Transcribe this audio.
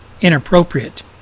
inappropriate